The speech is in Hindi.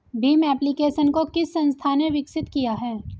भीम एप्लिकेशन को किस संस्था ने विकसित किया है?